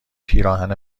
پیراهن